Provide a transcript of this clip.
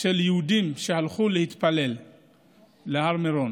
של יהודים שהלכו להתפלל בהר מירון